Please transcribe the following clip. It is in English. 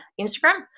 Instagram